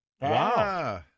Wow